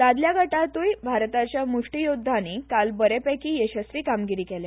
दादल्या गटांतूय भारताच्या मुश्टीयोद्धांनी काल बरेपैकी येसस्वी कामगिरी केल्या